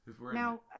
Now